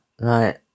right